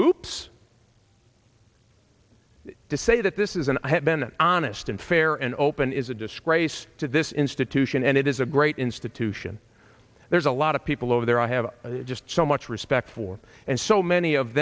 hoops to say that this is and i have been an honest and fair and open is a disgrace to this institution and it is a great institution there's a lot of people over there i have just so much respect for and so many of